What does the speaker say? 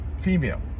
female